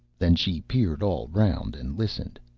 then she peered all round, and listened.